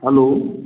hello